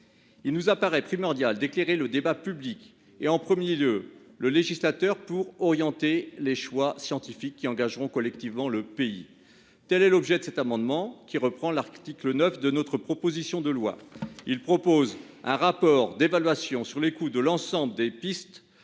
Il nous paraît primordial d'éclairer le débat public, et en premier lieu le législateur, afin d'orienter les choix scientifiques qui engageront collectivement le pays. Tel est l'objet de cet amendement, qui reprend l'article 9 de notre proposition de loi. Nous souhaitons donc disposer d'un rapport d'évaluation des coûts de chacune des pistes